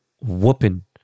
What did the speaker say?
whooping